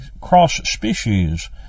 cross-species